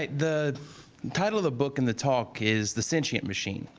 the title of the book and the talk is the sentient machine,